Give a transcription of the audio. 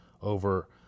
over